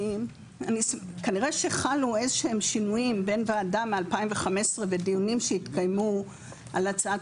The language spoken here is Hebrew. וכנראה שחלו איזשהם שינויים בין ועדה ב-2015 בדיונים שהתקיימו על הצעת